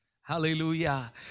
Hallelujah